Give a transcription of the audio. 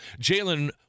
Jalen